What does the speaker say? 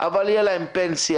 אבל תהיה להן פנסיה,